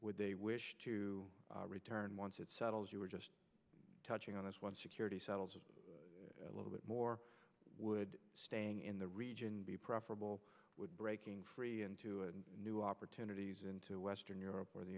would they wish to return once it settles you were just touching on this one security settles a little bit more would staying in the region be preferable would breaking free into a new opportunities into western europe or the